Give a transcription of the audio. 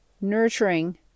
Nurturing